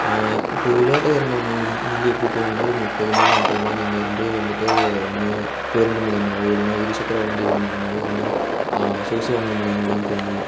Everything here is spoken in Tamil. இப்போது விளையாட்டு அரங்குகள் நாங்கள் இங்கேயிருந்து எப்படி போவோன்னால் ஒரு முப்பது மைல் நாற்பது மைல் இங்கேயிருந்து வந்துட்டு ஒன்று பேருந்து மூலிமாவோ இல்லைன்னா இருசக்கர வண்டிகள் மூலிமாவோ இல்லைன்னா சொகுசு வாகனம் மூலிமா தான் போகமுடியும்